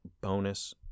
bonus